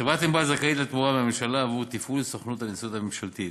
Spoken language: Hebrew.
חברת "ענבל" זכאית לתמורה מהממשלה עבור תפעול סוכנות הנסיעות הממשלתית.